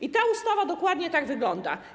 I ta ustawa dokładnie tak wygląda.